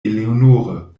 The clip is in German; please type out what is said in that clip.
eleonore